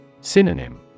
Synonym